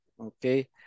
okay